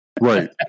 Right